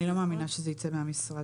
אני לא מאמינה שזה ייצא מהמשרד.